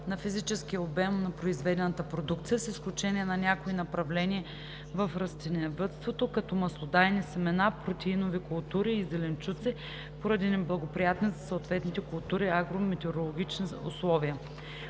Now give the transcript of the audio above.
на физическия обем на произведената продукция, с изключение на някои направления в растениевъдството, като маслодайни семена, протеинови култури и зеленчуци поради неблагоприятни за съответните култури агрометеорологични условия.